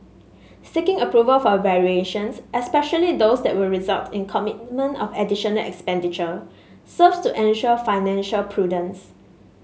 seeking approval for variations especially those that would result in commitment of additional expenditure serves to ensure financial prudence